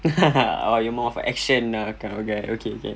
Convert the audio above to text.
oh you more of a action ah kind of guy okay okay